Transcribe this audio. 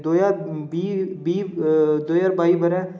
दो ज्हार बीह् बीह् दो ज्हार बाई ब'रै